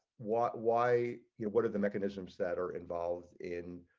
what why what are the mechanisms that are involved in